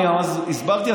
אני הסברתי.